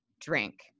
drink